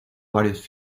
varios